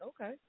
Okay